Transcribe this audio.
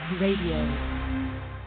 Radio